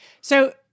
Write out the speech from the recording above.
So-